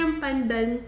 pandan